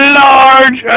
large